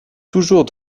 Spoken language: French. toujours